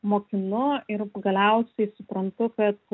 mokinu ir galiausiai suprantu kad